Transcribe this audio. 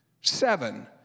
Seven